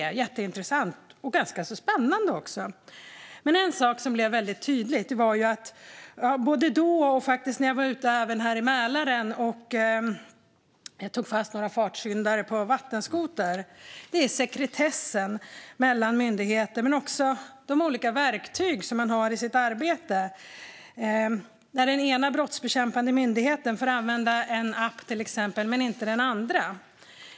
Det var jätteintressant och också spännande. Men en sak som då blev tydlig var sekretessen mellan myndigheter liksom de olika verktyg de har i sitt arbete. Den ena brottsbekämpande myndigheten får till exempel använda en app men det får inte den andra. Det här lade jag också märke till när jag var ute i Mälaren och tog fast fartsyndare på vattenskoter.